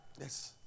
Yes